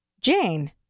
jane